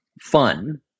fun